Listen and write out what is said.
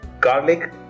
Garlic